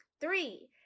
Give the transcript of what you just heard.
Three